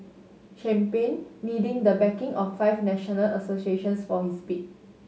champagne needing the backing of five national associations for his bid